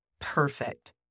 perfect